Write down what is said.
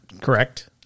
correct